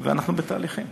ואנחנו בתהליכים.